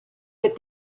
that